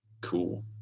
cool